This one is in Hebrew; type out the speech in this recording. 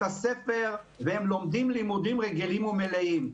הספר והם לומדים לימודים רגילים ומלאים.